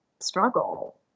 struggle